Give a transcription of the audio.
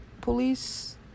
police